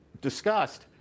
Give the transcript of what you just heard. discussed